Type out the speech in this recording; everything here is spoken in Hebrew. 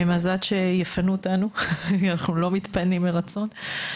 אז עד שיפנו אותנו, אנחנו לא מתפנים מרצון.